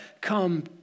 come